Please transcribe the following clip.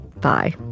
Bye